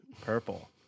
purple